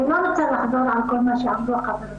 אני לא רוצה לחזור על כל מה שאמרו חברותיי,